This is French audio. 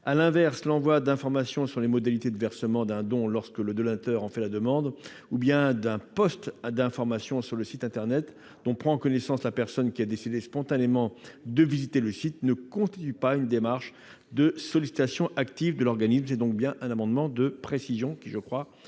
A l'inverse, l'envoi d'informations sur les modalités de versement d'un don lorsque le donateur en fait la demande ou bien un d'information sur le site internet dont prend connaissance la personne qui a décidé spontanément de visiter le site ne constitue pas une démarche de sollicitation active de l'organisme. Il s'agit d'un amendement de précision, qui, je le crois,